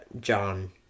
John